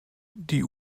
die